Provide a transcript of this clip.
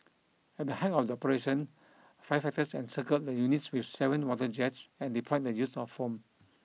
at the height of the operation firefighters encircled the units with seven water jets and deployed the use of foam